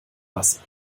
wasser